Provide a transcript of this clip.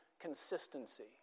consistency